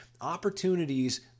Opportunities